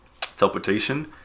teleportation